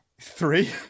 Three